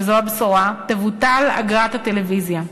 וזאת הבשורה, תבוטל אגרת הטלוויזיה,